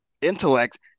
intellect